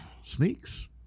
Sneaks